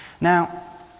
Now